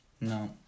No